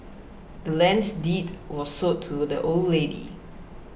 the land's deed was sold to the old lady